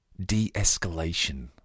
De-escalation